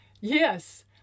Yes